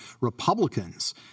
Republicans